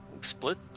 split